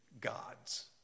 God's